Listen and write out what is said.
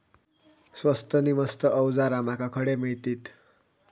स्वस्त नी मस्त अवजारा माका खडे मिळतीत?